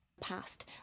past